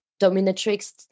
dominatrix